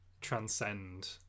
transcend